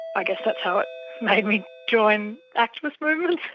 i guess that's how it made me join activist movements.